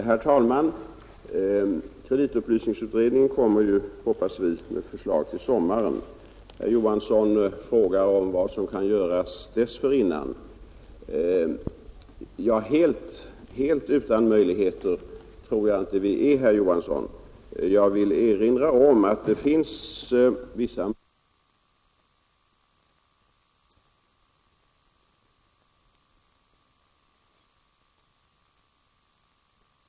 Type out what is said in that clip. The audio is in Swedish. Herr talman! Kreditupplysningsutredningen kommer, hoppas vi, med förslag till sommaren. Herr Olof Johansson frågar vad som kan göras dessförinnan. Helt utan möjligheter tror jag inte att vi är, herr Johansson. Jag erinrar om att konsumentombudsmannen redan i dagens läge har vissa möjligheter att ingripa med stöd av den nya lagstiftning vi där har. Jag vill inte göra något mera, skall vi säga auktoritativt uttalande om detta, men otvivelaktigt kan en sådan här fråga falla inom ramen för åtgärder från konsumentombudsmannen.